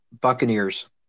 Buccaneers